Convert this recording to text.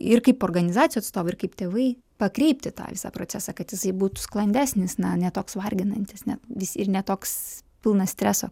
ir kaip organizacijų atstovai ir kaip tėvai pakreipti tą visą procesą kad jisai būtų sklandesnis na ne toks varginantis ne vis ir ne toks pilnas streso